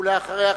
ואחריה,